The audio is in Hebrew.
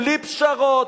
בלי פשרות,